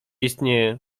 istnieję